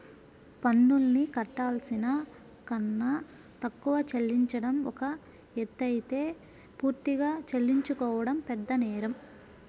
పన్నుల్ని కట్టాల్సిన కన్నా తక్కువ చెల్లించడం ఒక ఎత్తయితే పూర్తిగా తప్పించుకోవడం పెద్దనేరం